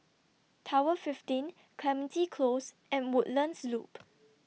Tower fifteen Clementi Close and Woodlands Loop